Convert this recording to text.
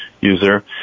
user